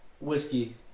Whiskey